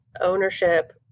ownership